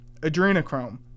Adrenochrome